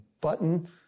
button